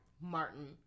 Martin